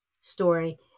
story